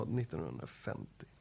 1950